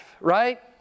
right